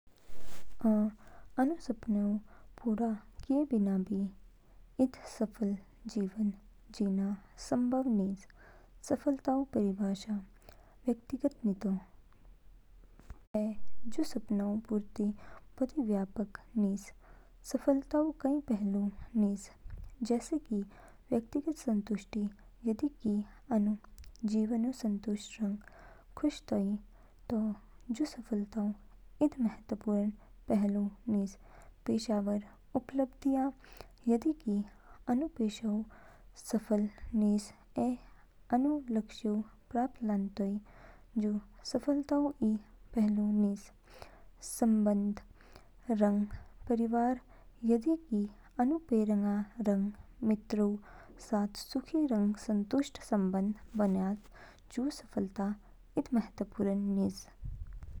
अ आनु सपनेऊ पूरा किए बीना भी झद सफल जीवन जीना संभव निज। सफलताऊ परिभाषा व्यक्तिगत नितो ऐ जू सपनऊ पूर्ति बोदी व्यापक निज। सफलताऊ कई पहलू निज, जैसे कि व्यक्तिगत संतुष्टि यदि कि आनु जीवनऊ संतुष्ट रंग खुश तोई, तो जू सफलताऊ इद महत्वपूर्ण पहलू निज। पेशेवर उपलब्धियाँ यदि कि आनु पेशाऊ सफल निज ऐ आनु लक्ष्योंऊ प्राप्त लानतोइ, जू सफलताऊ इ पहलू निज। संबंध रंग परिवार यदि कि आनु परिवारऊ रंग मित्रोंऊ साथ सुखी रंग संतुष्ट संबंध बन्याच, जू सफलता इद महत्वपूर्ण निज।